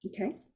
Okay